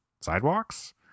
sidewalks